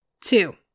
Two